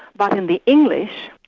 but in the english,